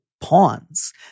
pawns